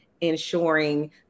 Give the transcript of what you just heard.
ensuring